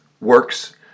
works